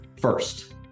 First